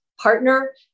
partner